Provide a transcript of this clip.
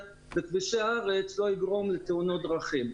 בכבישי הארץ לא יגרום לתאונות דרכים.